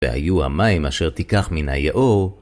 והיו המים אשר תיקח מן היאור.